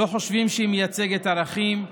לא חושבים שהיא מייצגת ערכים,